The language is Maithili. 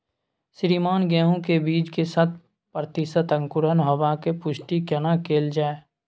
श्रीमान गेहूं के बीज के शत प्रतिसत अंकुरण होबाक पुष्टि केना कैल जाय?